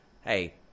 hey